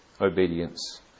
obedience